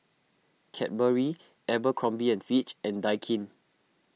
Cadbury Abercrombie and Fitch and Daikin